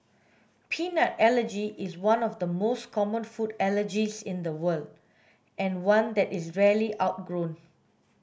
peanut allergy is one of the most common food allergies in the world and one that is rarely outgrown